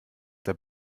der